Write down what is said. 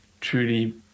truly